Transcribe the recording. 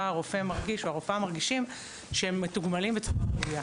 הרופא מרגיש או הרופאה מרגישים שהם מתוגמלים בצורה ראויה,